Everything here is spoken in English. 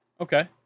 Okay